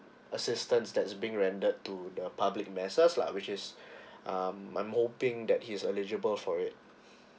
assistance that's being rendered to the public masses lah which is um I'm hoping that he's eligible for it